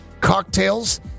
cocktails